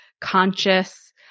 conscious